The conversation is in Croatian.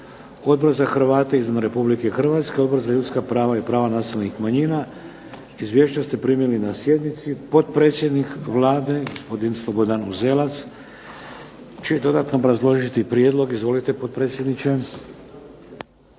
Odbor za Hrvate izvan Republike Hrvatske, Odbor za ljudska prava i prava nacionalnih manjina. Izvješća ste primili na sjednici. Potpredsjednik Vlade gospodin Slobodan Uzelac će dodatno obrazložiti prijedlog. Izvolite potpredsjedniče.